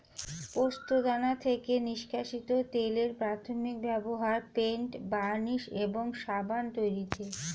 পোস্তদানা থেকে নিষ্কাশিত তেলের প্রাথমিক ব্যবহার পেইন্ট, বার্নিশ এবং সাবান তৈরিতে